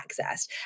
accessed